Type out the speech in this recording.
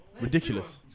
Ridiculous